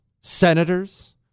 Senators